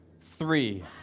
three